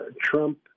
Trump